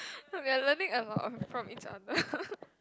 we are leaning a lot from each other